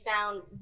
found